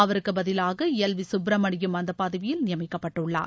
அவருக்கு பதிலாக L V Subramaniam அந்த பதவியில் நியமிக்கப்பட்டுள்ளார்